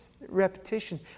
repetition